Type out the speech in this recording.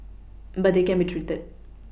but they can be treated